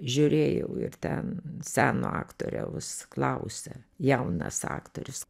žiūrėjau ir ten seno aktoriaus klausia jaunas aktorius